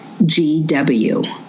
GW